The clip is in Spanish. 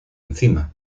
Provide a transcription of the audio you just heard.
encima